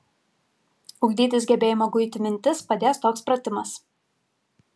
ugdytis gebėjimą guiti mintis padės toks pratimas